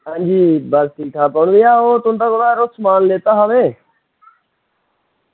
आं जी बस ठीक ठाक भइया यरो ओह् तुंदे कोला समान लैता हा में